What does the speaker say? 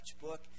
book